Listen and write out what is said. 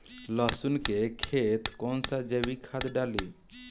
लहसुन के खेत कौन सा जैविक खाद डाली?